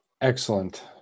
Excellent